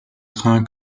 train